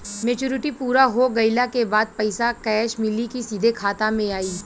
Maturity पूरा हो गइला के बाद पईसा कैश मिली की सीधे खाता में आई?